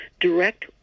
direct